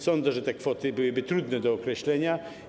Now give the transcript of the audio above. Sądzę, że te kwoty byłyby trudne do określenia.